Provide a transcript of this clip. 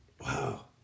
Wow